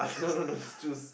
no no no choose